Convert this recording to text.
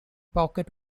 pocket